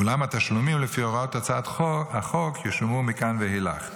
אולם התשלומים לפי הוראת הצעת החוק ישולמו מכאן ואילך.